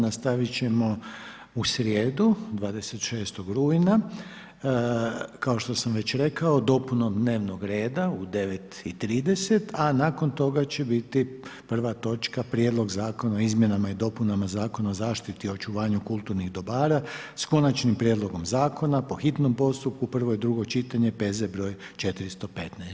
Nastavit ćemo u srijedu, 26. rujna kao što sam već rekao dopunom dnevnog reda u 9,30 sati, a nakon toga će biti prva točka prijedlog zakona o izmjenama i dopunama Zakona o zaštiti i očuvanju kulturnih dobara, s konačnim prijedlogom zakona po hitnom postupku, prvi i drugo čitanje, P.Z. broj 415.